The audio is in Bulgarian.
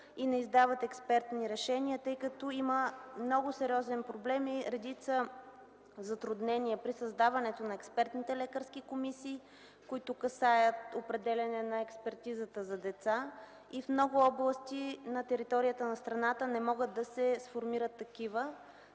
и не издават експертни решения, тъй като има много сериозен проблем и редица затруднения при създаването на експертните лекарски комисии, които касаят определяне на експертизата за деца. В много области на територията на страната не могат да се сформират такива,